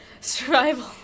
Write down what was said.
Survival